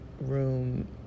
room